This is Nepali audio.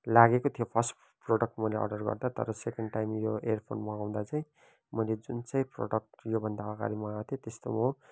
लागेको थियो फर्स्ट प्रडक्ट मैले अर्डर गर्दा तर सेकेन्ड टाइम यो एयरफोन मगाउँदा चाहिँ मैले जुन चाहिँ प्रडक्ट योभन्दा अगाडि मगाएको थिएँ त्यस्तो म